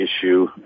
issue